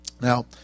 Now